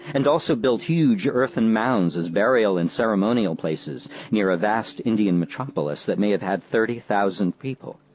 and also built huge earthen mounds as burial and ceremonial places near a vast indian metropolis that may have had thirty thousand people.